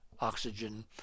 oxygen